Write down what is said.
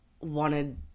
wanted